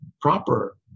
proper